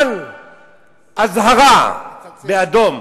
אבל אזהרה באדום: